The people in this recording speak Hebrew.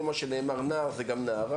כל מה שנאמר נער זה גם נערה.